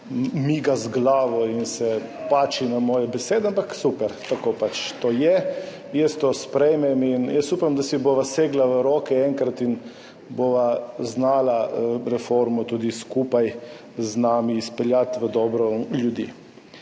miga z glavo in se pači na moje besede, ampak super, tako pač to je, jaz to sprejmem in upam, da si bova enkrat segla v roke in bova znala reformo tudi skupaj z nami izpeljati v dobro ljudi.